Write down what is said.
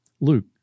Luke